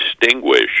distinguish